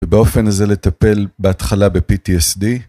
ובאופן הזה לטפל בהתחלה בפי.טי.אס.די